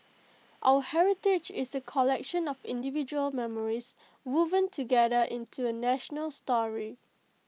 our heritage is A collection of individual memories woven together into A national story